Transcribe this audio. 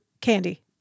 candy